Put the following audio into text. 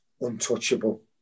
untouchable